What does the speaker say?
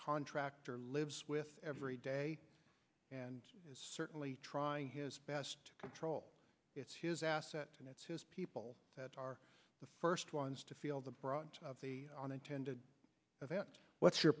contractor lives with every day and certainly trying his best to control it's his asset and it's his people that are the first ones to feel the brunt of the unintended event what's your